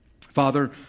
Father